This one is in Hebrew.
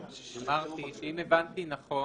אמרתי, שאם הבנתי נכון,